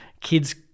kids